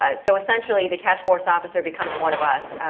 ah so essentially the task force officer becomes one of us.